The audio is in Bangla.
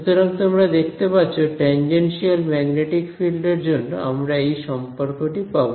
সুতরাং তোমরা দেখতে পাচ্ছ টেনজেনশিয়াল ম্যাগনেটিক ফিল্ডের জন্য আমরা এই সম্পর্কটি পাব